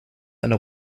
einer